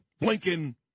Lincoln